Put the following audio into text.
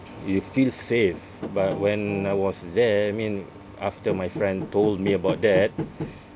you feel safe but when I was there I mean after my friend told me about that